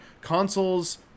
Consoles